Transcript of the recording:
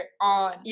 on